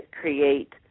create